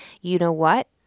you-know-what